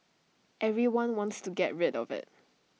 everyone wants to get rid of IT